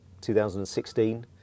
2016